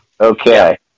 Okay